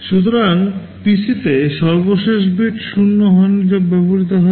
সুতরাং PCতে সর্বশেষ বিট 0 হয় যা ব্যবহৃত হয় না